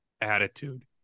Attitude